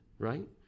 right